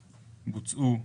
הייתה הבחנה בין הרשויות?